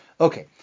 Okay